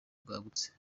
bwagutse